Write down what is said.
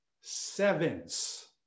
sevens